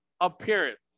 appearance